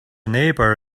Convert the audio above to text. neighbour